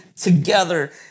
together